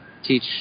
teach